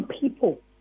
people